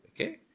Okay